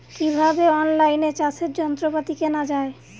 কিভাবে অন লাইনে চাষের যন্ত্রপাতি কেনা য়ায়?